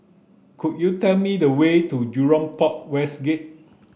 could you tell me the way to Jurong Port West Gate